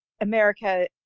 America